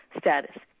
status